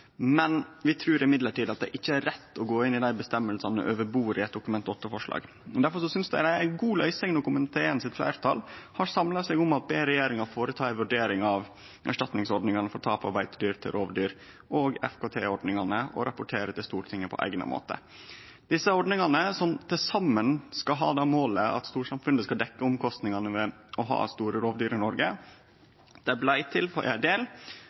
men vi trur likevel at det ikkje er rett å gå inn i dei avgjerdene over bordet i eit Dokument 8-forslag. Difor synest eg det er ei god løysing når fleirtalet i komiteen har samla seg om å be regjeringa gjere ei vurdering av erstatningsordningane for tap av beitedyr til rovdyr og FKT-ordninga, og rapportere dette til Stortinget på eigna måte. Desse ordningane – som til saman skal ha det målet at storsamfunnet skal dekkje kostnadene ved å ha store rovdyr i Noreg – blei til i ei